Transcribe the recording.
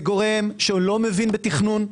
זה גורם שלא מבין בתכנון.